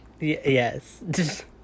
Yes